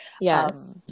Yes